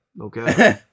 Okay